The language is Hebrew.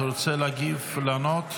אתה רוצה להגיב ולענות?